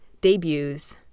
debuts